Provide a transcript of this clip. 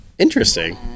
Interesting